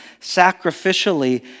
sacrificially